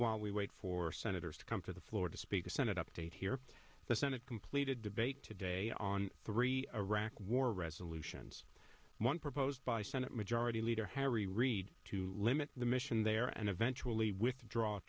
while we wait for senators to come to the floor to speak a senate update here the senate completed debate today on three iraq war resolutions one proposed by senate majority leader harry reid to limit the mission there and eventually withdraw